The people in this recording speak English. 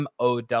Mow